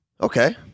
okay